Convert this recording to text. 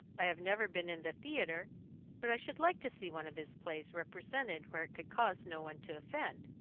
i have never been in the theatre but i should like to see one of his plays represented where it could cause no one to offend.